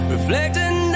Reflecting